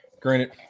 Granted